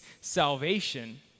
salvation